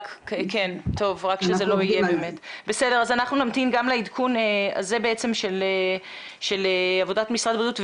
אנחנו נמתין גם לעדכון הזה של עבודת משרד הבריאות.